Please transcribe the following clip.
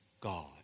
God